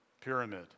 pyramid